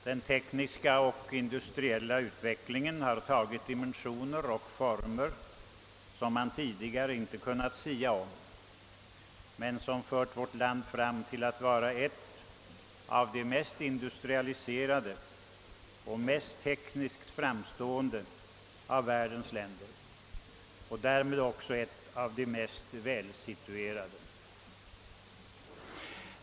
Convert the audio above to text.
Den tekniska och industriella utvecklingen har fått dimensioner och former som man tidigare inte kunnat sia om men som fört vårt land fram till att vara ett av de mest industrialiserade och mest tekniskt framstående av världens länder och därmed också ett av de mest välsituerade.